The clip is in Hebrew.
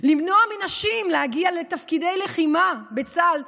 למנוע מנשים להגיע לתפקידי לחימה בצה"ל,